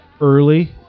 early